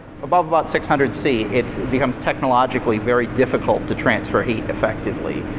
above about six hundred c it becomes technologically very difficult to transfer heat effectively.